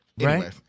Right